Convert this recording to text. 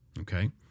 Okay